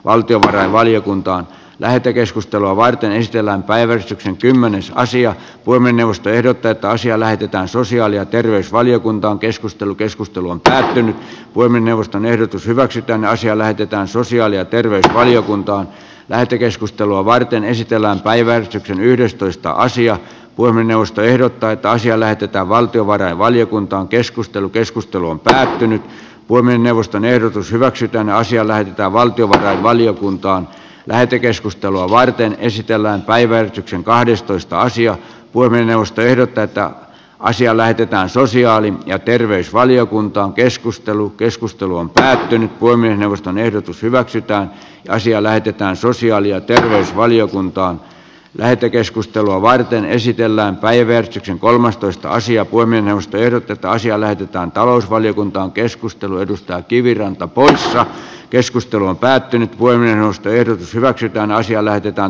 valtiovarainvaliokuntaan lähetekeskustelua varten yhtiöllä on en voi minusta ehdotettaisi eläydytään sosiaali ja terveysvaliokuntaan keskustelu keskustelu on päättynyt voimme neuvoston ehdotus hyväksytty asia lähetetään sosiaali ja terveysvaliokuntaan lähetekeskustelua varten esitellään tulla muuhun tulokseen kuin jaosto ehdottaa että asia lähetetään valtiovarainvaliokuntaankeskustelu keskustelu on päättynyt voimme neuvoston ehdotus hyväksytään asia lähetetään valtiovarainvaliokuntaan lähetekeskustelua varten esitellään päivä kahdestoista asiaa voi mennä ostajaehdokkaita asia lähetetään sosiaali ja terveysvaliokunta on keskustelu keskustelu on päätynyt poimia neuvoston ehdotus hyväksytään naisia lähetetään sosiaali ja terveysvaliokuntaan lähetekeskustelua varten esitellään päivystyksen kolmastoista sija voi mennä usterteta asialle mitään talousvaliokuntaan keskustelu edustaa kiviranta poissa keskustelu on päättynyt voimme nousta ehdotus hyväksytään asiaa lähdetään